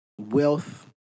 wealth